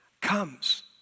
comes